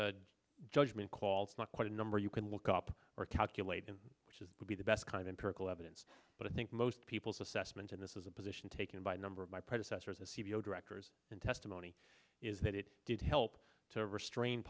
a judgment call it's not quite a number you can look up or calculate in which is would be the best kind empirical evidence but i think most people's assessment in this is a position taken by a number of my predecessors as c e o directors and testimony is that it did help to restrain